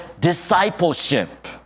discipleship